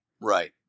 Right